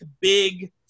big